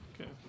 Okay